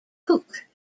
cook